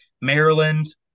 Maryland